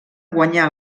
guanyà